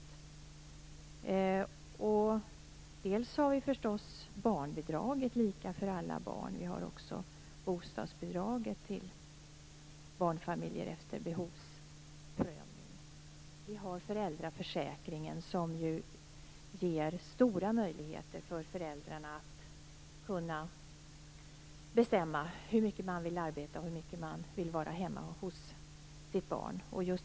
Vi har förstås barnbidraget, som är lika för alla barn. Vi har bostadsbidraget till barnfamiljer som ges efter behovsprövning. Vi har föräldraförsäkringen, som ju ger stora möjligheter för föräldrarna att bestämma hur mycket de vill arbeta och hur mycket de vill vara hemma hos sina barn.